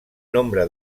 nombre